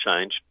change